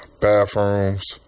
bathrooms